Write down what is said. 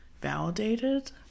validated